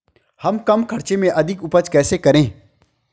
हम कम खर्च में अधिक उपज कैसे करें?